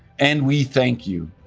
and we thank you.